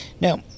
Now